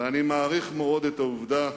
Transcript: ואני מעריך מאוד את העובדה